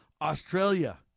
Australia